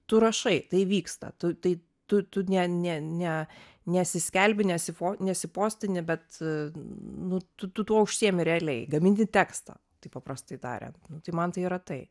tu rašai tai vyksta tu tai tu tu ne ne ne nesiskelbi nesifo nesipostini bet nu tu tu tuo užsiimi realiai gamini tekstą taip paprastai tarian tai man tai yra tai